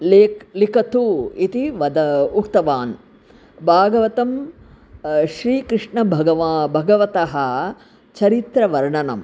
lake लिखतु इति वद उक्तवान् भागवतं श्रीकृष्णभगवान् भगवतः चरित्रवर्णनम्